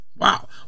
Wow